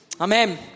Amen